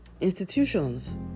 institutions